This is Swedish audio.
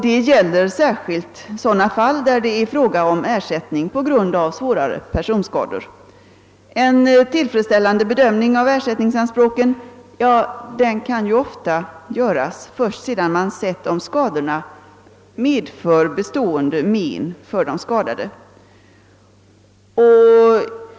Det gäller särskilt sådana fall då det är fråga om ersättning på grund av svårare per Sonskador. En tillfredsställande bedömning av ersättningsanspråken kan ju ofta göras först sedan man sett om skadorna medför bestående men för de skadade.